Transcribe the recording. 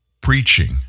preaching